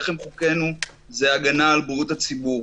לחם חוקנו זה הגנה על בריאות הציבור.